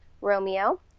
Romeo